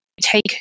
take